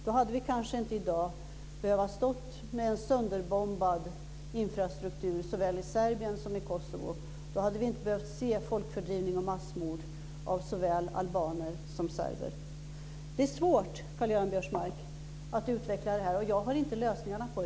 Då hade vi i dag kanske inte behövt stå med en sönderbombad infrastruktur såväl i Serbien som i Kosovo, och då hade vi inte behövt se folkfördrivning och massmord av såväl albaner som serber. Det är svårt att utveckla det här, och jag har inte lösningarna.